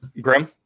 Grim